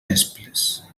nesples